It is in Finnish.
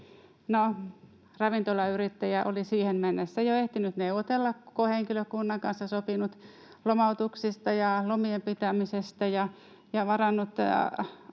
ravintolayrittäjä oli siihen mennessä jo ehtinyt neuvotella koko henkilökunnan kanssa, sopinut lomautuksista ja lomien pitämisestä ja varannut